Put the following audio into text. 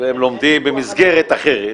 והם לומדים במסגרת אחרת,